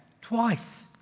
twice